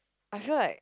I feel like